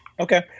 Okay